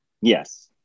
Yes